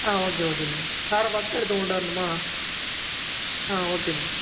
ஆ okay okay ma'am சாரை பார்த்துட்டு அடுத்து உங்கள்கிட்ட வரனுமா ஆ ஓகே மேம்